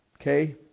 Okay